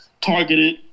targeted